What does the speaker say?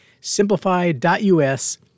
simplify.us